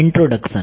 introduction